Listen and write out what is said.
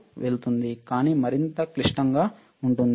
కానీ మరింత క్లిష్టంగా ఉంటుంది మరింత క్లిష్టంగా ఉంటుంది